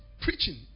preaching